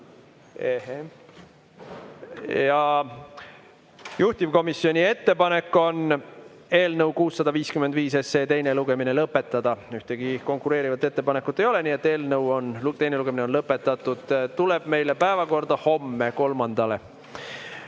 Juhtivkomisjoni ettepanek on eelnõu 655 teine lugemine lõpetada. Ühtegi konkureerivat ettepanekut ei ole, nii et eelnõu teine lugemine on lõpetatud. Tuleb meile päevakorda homme kolmandale